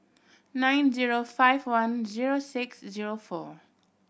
nine zero five one zero six zero four